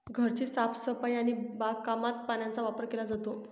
घराची साफसफाई आणि बागकामात पाण्याचा वापर केला जातो